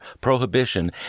Prohibition